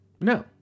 No